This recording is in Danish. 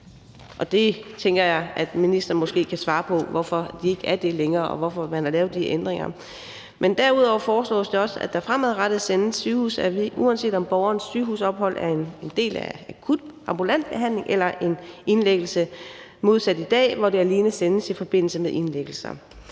og det tænker jeg at ministeren måske kan svare på hvorfor de ikke er længere – hvorfor man har lavet de ændringer. Men derudover foreslås det også, at der fremadrettet sendes sygehusadvis, uanset om borgerens sygehusophold er en del af akut ambulant behandling eller en indlæggelse, modsat i dag, hvor det alene sendes i forbindelse med indlæggelser.